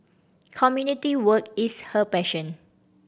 community work is her passion